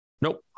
Nope